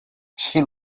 she